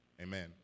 amen